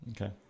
Okay